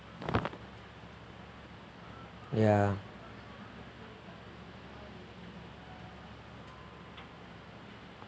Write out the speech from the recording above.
ya